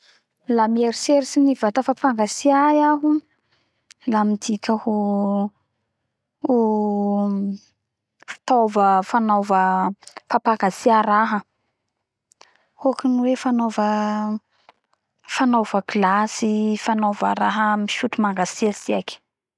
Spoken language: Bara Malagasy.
La mieritseritsy ny vata fapangatsia iaho la midika ho ho fitaova fanaova fapangatsia raha hokany hoe fanaova glace fanaova raha fisotro mangatsiatsiaky